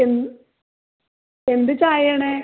എന്ത് എന്ത് ചായയാണ്